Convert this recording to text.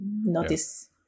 notice